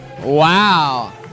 Wow